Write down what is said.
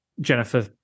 jennifer